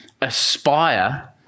aspire